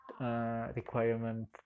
requirement